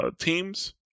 teams